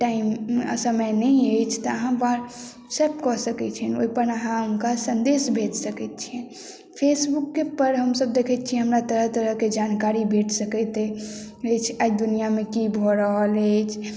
time समय नहि अछि तऽ अहाँ वट्सएप कऽ सकैत छिअनि ओहि पर अहाँ हुनका सन्देश भेज सकैत छिअनि फेसबुक पर हमसब देखैत छिअनि हमरा तरह तरहकेँ जानकारी भेट सकैत अछि आ दुनिआमे की भऽ रहल अछि